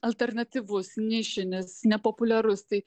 alternatyvus nišinis nepopuliarus tai